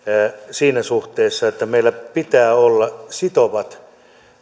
siinä suhteessa että meillä pitää olla sitovat